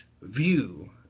view